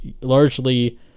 largely